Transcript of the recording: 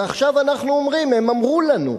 ועכשיו אנחנו אומרים: הם אמרו לנו,